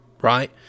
right